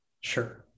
sure